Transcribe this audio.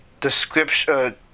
description